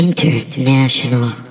International